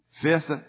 fifth